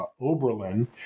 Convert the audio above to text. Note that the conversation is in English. Oberlin